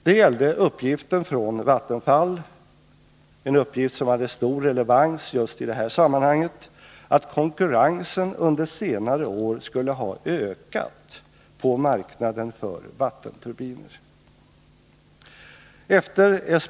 Det gällde uppgiften från Vattenfall att konkurrensen under senare år skulle ha ökat på marknaden för vattenturbiner.